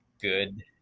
good